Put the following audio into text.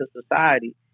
society